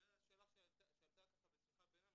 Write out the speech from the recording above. וזו שאלה שעלתה בשיחה בינינו,